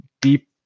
deep